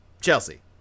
Chelsea